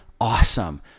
awesome